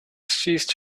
ceased